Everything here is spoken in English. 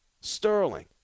Sterling